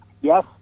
yes